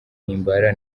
himbara